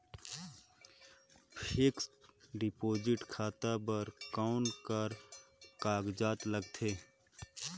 Fixed deposit खाता बर कौन का कागजात लगथे?